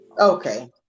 Okay